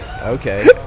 Okay